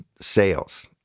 sales